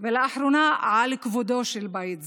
על כבודו של בית זה,